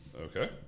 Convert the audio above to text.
Okay